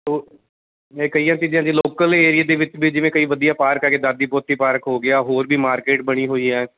ਓ ਇਹ ਕਈਆਂ ਚੀਜ਼ਾਂ ਦੀ ਲੋਕਲ ਏਰੀਏ ਦੇ ਵਿੱਚ ਵੀ ਜਿਵੇਂ ਕਈ ਵਧੀਆ ਪਾਰਕ ਹੈਗੇ ਦਾਦੀ ਪੋਤੀ ਪਾਰਕ ਹੋ ਗਿਆ ਹੋਰ ਵੀ ਮਾਰਕੀਟ ਬਣੀ ਹੋਈ ਹੈ